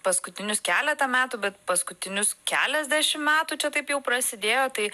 paskutinius keletą metų bet paskutinius keliasdešim metų čia taip jau prasidėjo tai